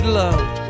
loved